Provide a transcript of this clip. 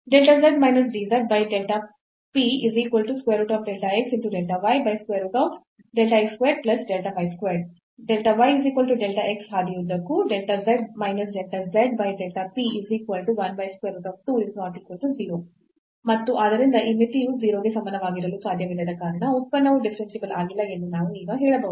ಹಾದಿಯುದ್ದಕ್ಕೂ ಮತ್ತು ಆದ್ದರಿಂದ ಈ ಮಿತಿಯು 0 ಗೆ ಸಮಾನವಾಗಿರಲು ಸಾಧ್ಯವಿಲ್ಲದ ಕಾರಣ ಉತ್ಪನ್ನವು ಡಿಫರೆನ್ಸಿಬಲ್ ಆಗಿಲ್ಲ ಎಂದು ನಾವು ಈಗ ಹೇಳಬಹುದು